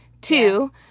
Two